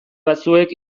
batzuek